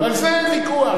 ועל זה אין ויכוח.